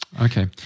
Okay